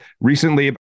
recently